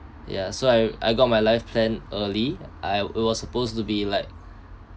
ya so I I got my life plan early I it was supposed to be like